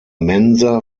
mensa